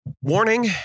Warning